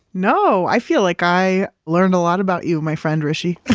no, i feel like i learned a lot about you my friend, hrishi.